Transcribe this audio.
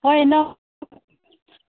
ꯍꯣꯏ ꯅꯪ